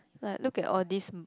like look at all these m~